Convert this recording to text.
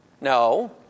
No